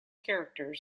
characters